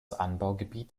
anbaugebiet